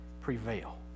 prevail